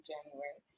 January